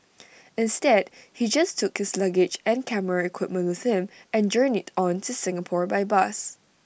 instead he just took his luggage and camera equipment with him and journeyed on to Singapore by bus